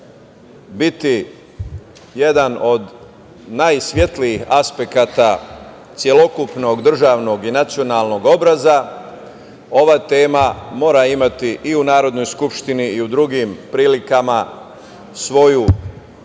biti jedan od najsvetlijih aspekata celokupnog državnog i nacionalnog obraza, ova tema mora imati i u Narodnoj skupštini i u drugim prilikama svoju